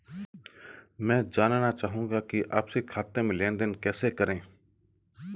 मैं जानना चाहूँगा कि आपसी खाते में लेनदेन कैसे करें?